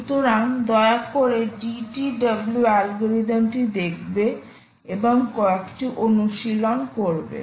সুতরাং দয়া করে DTW অ্যালগরিদমটি দেখবে এবং কয়েকটি অনুশীলন করবে